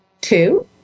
two